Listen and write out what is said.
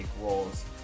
roles